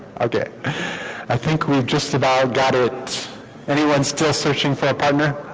okay i think we've just about got it anyone still searching for a partner